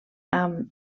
amb